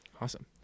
Awesome